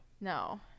No